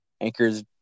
Anchors